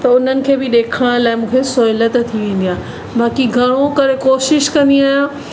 त हुननि खे बि ॾेखारण लाइ मूंखे सहुलियत थी वेंदी आहे बाकी घणो करे कोशिशि कंदी आहियां